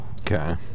Okay